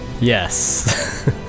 Yes